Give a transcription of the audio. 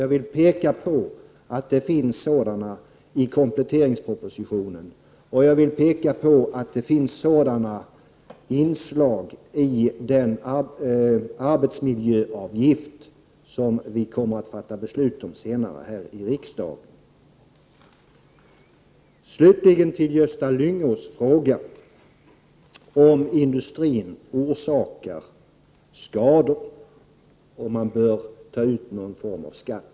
Jag vill peka på att det föreslås sådana åtgärder i kompletteringspropositionen. Jag vill också peka på att det finns sådana inslag i den arbetsmiljöavgift som vi senare kommer att fatta beslut om i riksdagen. Slutligen vill jag ta upp Gösta Lyngås fråga om industrin orsakar skador och om man för den skull bör ta ut någon form av skatt.